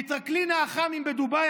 מטרקלין האח"מים בדובאי,